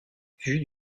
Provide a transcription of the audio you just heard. vus